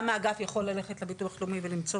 גם האגף יכול ללכת לביטוח לאומי ולמצוא,